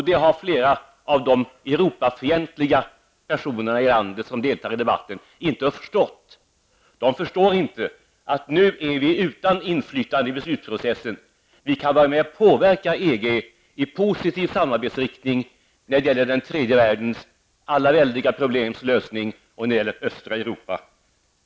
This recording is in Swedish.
Det har flera av de Europafientliga personerna i landet som deltar i debatten inte förstått. De förstår inte att vi nu är utan inflytande över besluten. Vi kan vara med och påverka EG i positiv riktning när det gäller att lösa tredje världens väldiga problem och när det gäller östra Europa.